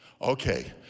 okay